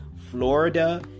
florida